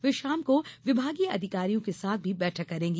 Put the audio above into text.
वे शाम को विभागीय अधिकारियों के साथ भी बैठक करेंगी